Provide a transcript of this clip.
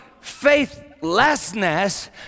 faithlessness